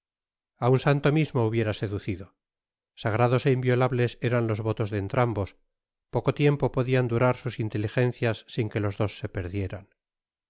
a un santo mismo hubiera seducido sagrados é inviolables eran los votos de entrambos poco tiempo podian durar sus inteligencias sin que los dos se perdieran